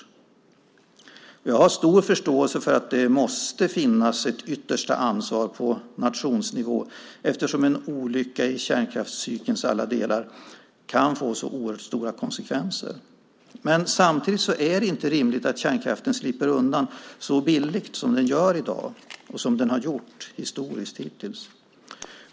Jag har stor förståelse för att det måste finnas ett yttersta ansvar på nationsnivå, eftersom en olycka i kärnkraftscykelns alla delar kan få så oerhört stora konsekvenser. Men samtidigt är det inte rimligt att kärnkraften slipper undan så billigt som den gör i dag och som den har gjort hittills, historiskt sett.